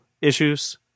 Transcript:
issues